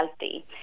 healthy